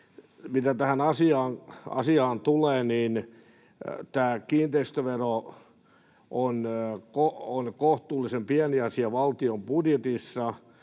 mitä tähän asiaan tulee, niin tämä kiinteistövero on kohtuullisen pieni asia valtion budjetissa,